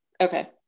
Okay